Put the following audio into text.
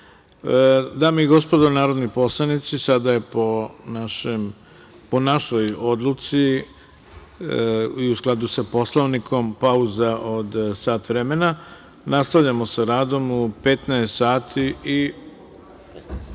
i gospodo, narodni poslanici, sada je po našoj odluci i u skladu sa Poslovnikom pauza od sat vremena. Nastavljamo sa radom u 15.00